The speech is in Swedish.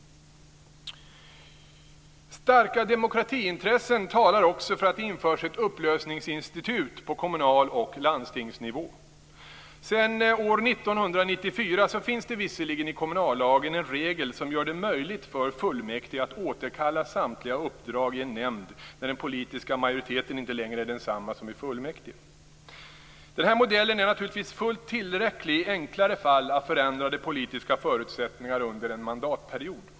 Starka demokratiintressen talar också för att det införs ett upplösningsinstitut på kommunal och landstingsnivå. Sedan år 1994 finns det visserligen i kommunallagen en regel som gör det möjligt för fullmäktige att återkalla samtliga uppdrag i en nämnd när den politiska majoriteten inte längre är densamma som i fullmäktige. Den här modellen är naturligtvis fullt tillräcklig i enklare fall av förändrade politiska förutsättningar under en mandatperiod.